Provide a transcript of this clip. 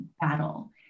battle